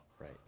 Right